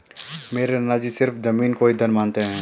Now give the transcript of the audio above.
मेरे नाना जी सिर्फ जमीन को ही धन मानते हैं